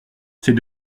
c’est